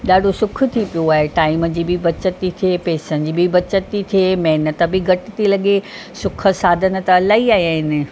ॾाढो सुख थी पियो आहे टाइम जी बि बचति थी थिए पैसनि जी बि बचति थी थिए महिनत बि घटि थी लॻे सुख साधन त अलाई आया आहिनि